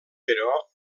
però